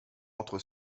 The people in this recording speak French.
entre